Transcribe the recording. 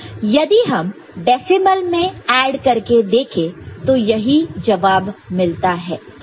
यदि हम डेसीमल में ऐड करके देखें तो यही जवाब मिलता है